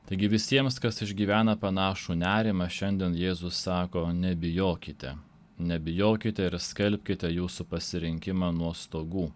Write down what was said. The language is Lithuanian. taigi visiems kas išgyvena panašų nerimą šiandien jėzus sako nebijokite nebijokite ir skelbkite jūsų pasirinkimą nuo stogų